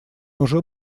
уже